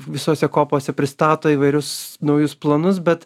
visose kopose pristato įvairius naujus planus bet